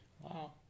Wow